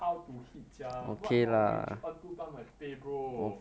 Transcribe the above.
how to hit sia what not rich earn two time my pay bro